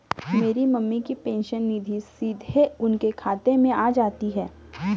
मेरी मम्मी की पेंशन निधि सीधे उनके खाते में आ जाती है